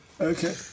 okay